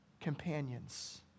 companions